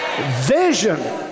Vision